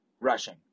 rushing